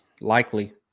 likely